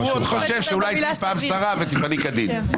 הוא עוד חושב שאולי תהיי פעם שרה ותפעלי כדין.